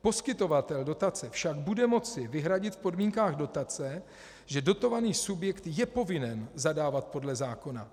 Poskytovatel dotace však bude moci vyhradit v podmínkách dotace, že dotovaný subjekt je povinen zadávat podle zákona.